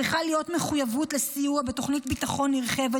צריכה להיות מחויבות לסיוע בתוכנית ביטחון נרחבת